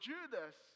Judas